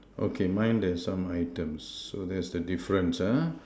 okay mine there's some items so that's the difference ah